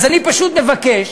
אז אני פשוט מבקש